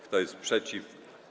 Kto jest przeciw?